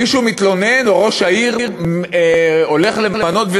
מישהו מתלונן, או שראש העיר הולך למנות?